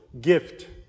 gift